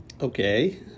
Okay